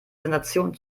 sensation